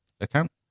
account